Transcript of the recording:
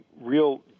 real